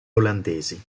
olandesi